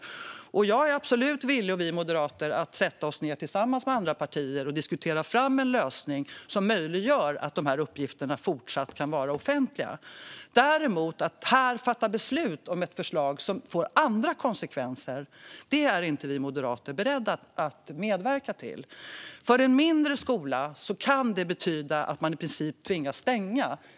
Jag och vi moderater är absolut villiga att sätta oss ned tillsammans med andra partier och diskutera fram en lösning som möjliggör att de här uppgifterna fortsatt kan vara offentliga. Att däremot här fatta beslut om ett förslag som får andra konsekvenser är inte vi moderater beredda att medverka till. För en mindre skola kan det betyda att man i princip tvingas stänga.